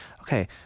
Okay